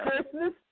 Christmas